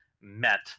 met